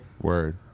Word